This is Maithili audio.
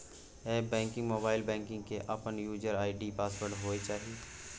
एप्प बैंकिंग, मोबाइल बैंकिंग के अपन यूजर आई.डी पासवर्ड होय चाहिए